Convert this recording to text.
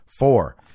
Four